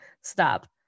stop